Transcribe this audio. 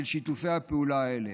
של שיתופי הפעולה האלה.